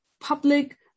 public